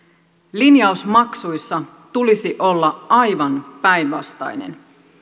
linjauksen maksuissa tulisi olla aivan päinvastainen